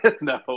No